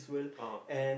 oh okay